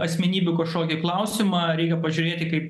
asmenybių kažkokį klausimą reikia pažiūrėti kaip